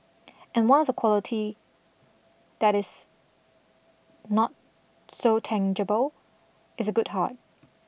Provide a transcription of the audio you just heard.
and once quality that is not so tangible is a good heart